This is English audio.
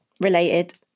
related